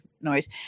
noise